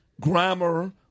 grammar